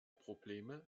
probleme